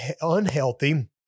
unhealthy